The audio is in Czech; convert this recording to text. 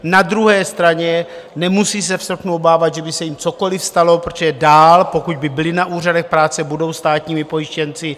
Na druhé straně nemusí se v srpnu obávat, že by se jim cokoli stalo, protože dál, pokud by byli na úřadech práce, budou státními pojištěnci.